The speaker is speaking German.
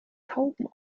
tauben